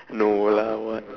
no lah what